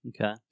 Okay